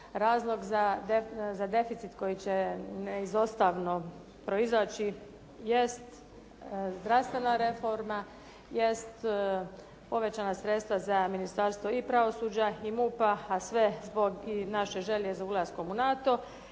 razlog za deficit koji će neizostavno proizaći jest zdravstvena reforma, jest povećana sredstva za ministarstvo i pravosuđa i MUP-a, a sve zbog naše želje za ulaskom u NATO